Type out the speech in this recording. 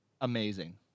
Amazing